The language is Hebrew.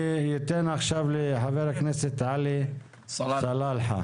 אני אתן עכשיו לח"כ עלי סלאלחה.